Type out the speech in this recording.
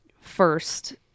first